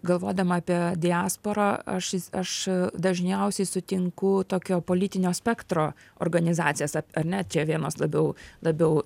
galvodama apie diasporą aš aš dažniausiai sutinku tokio politinio spektro organizacijas ar ne čia vienos labiau labiau